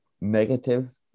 negative